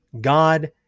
God